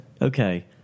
Okay